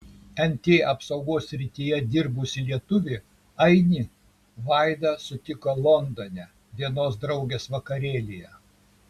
nt apsaugos srityje dirbusį lietuvį ainį vaida sutiko londone vienos draugės vakarėlyje